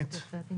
מטר?